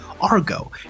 Argo